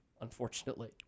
unfortunately